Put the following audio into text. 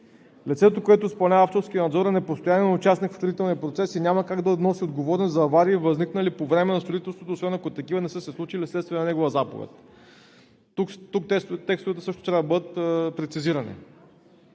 Лицето, което изпълнява авторския надзор, е непостоянен участник в строителния процес и няма как да носи отговорност за аварии, възникнали по време на строителството, освен ако такива не са се случили вследствие на негова заповед. Тук текстовете също трябва да бъдат прецизирани.